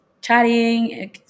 chatting